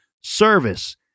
service